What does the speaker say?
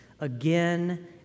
again